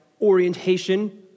orientation